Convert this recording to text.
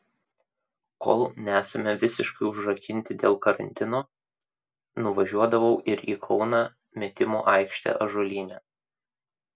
kol nesame visiškai užrakinti dėl karantino nuvažiuodavau ir į kauną metimų aikštę ąžuolyne